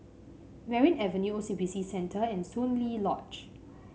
Merryn Avenue O C B C Centre and Soon Lee Lodge